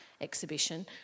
exhibition